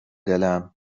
دلم